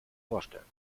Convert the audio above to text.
vorstellen